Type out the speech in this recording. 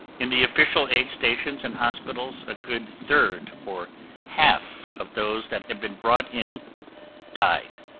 in the official aid stations and hospitals, a good third or half of those that had been brought in died.